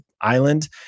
island